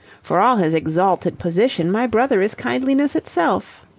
for all his exalted position, my brother is kindliness itself.